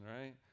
right